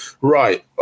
right